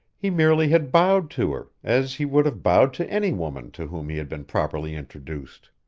he merely had bowed to her, as he would have bowed to any woman to whom he had been properly introduced.